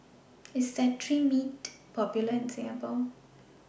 IS Cetrimide Popular in Singapore